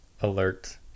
alert